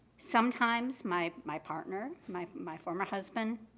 sometimes my my partner, my my former husband,